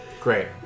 great